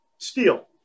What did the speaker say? steel